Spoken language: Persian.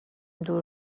دور